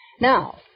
Now